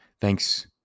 Thanks